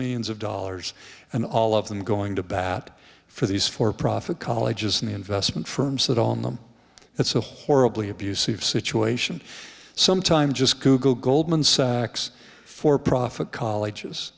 millions of dollars and all of them going to bat for these for profit colleges and investment firms that on them that's a horribly abusive situation sometimes just google goldman sachs for profit colleges